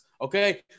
Okay